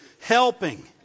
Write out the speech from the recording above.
helping